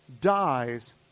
dies